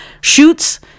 shoots